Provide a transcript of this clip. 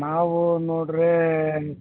ನಾವು ನೋಡಿರಿ